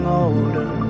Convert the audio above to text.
older